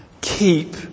keep